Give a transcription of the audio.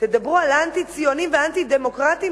תדברו על האנטי-ציונים ואנטי-דמוקרטים